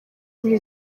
muri